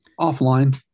offline